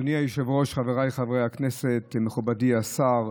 אדוני היושב-ראש, חבריי חברי הכנסת, מכובדי השר,